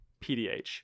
pdh